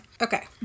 Okay